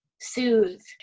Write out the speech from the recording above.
soothe